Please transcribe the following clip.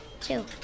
two